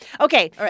Okay